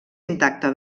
intacta